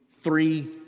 three